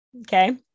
okay